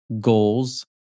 goals